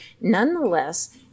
nonetheless